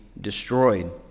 destroyed